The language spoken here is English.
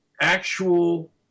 actual